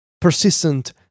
persistent